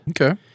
Okay